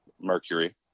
Mercury